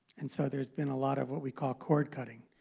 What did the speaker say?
and so there's been a lot of what we call cord cutting.